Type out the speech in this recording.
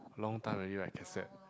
long time already right cassette